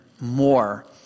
more